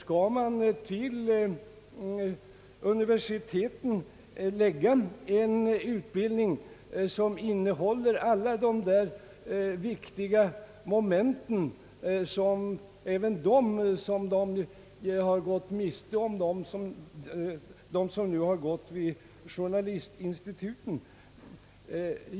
Skall man till universiteten förlägga utbildningen beträffande alla dessa viktiga moment som de akademiker vilka hittills fullföljt utbildningen vid journalistinstituten gått miste om?